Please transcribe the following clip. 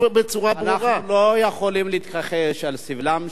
אנחנו לא יכולים להתכחש לסבלם של עמים או